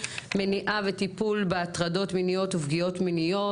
מניעה וטיפול בהטרדות מיניות ופגיעות מיניות.